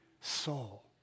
soul